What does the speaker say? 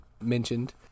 mentioned